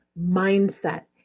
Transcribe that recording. mindset